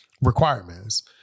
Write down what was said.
requirements